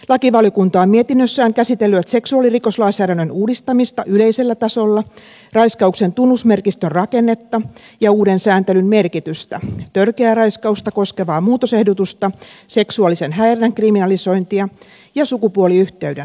lakivaliokunta on mietinnössään käsitellyt seksuaalirikoslainsäädännön uudistamista yleisellä tasolla raiskauksen tunnusmerkistön rakennetta ja uuden sääntelyn merkitystä törkeää raiskausta koskevaa muutosehdotusta seksuaalisen häirinnän kriminalisointia ja sukupuoliyhteyden määritelmää